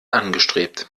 angestrebt